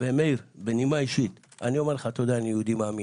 מאיר, בנימה אישית, אני יהודי מאמין.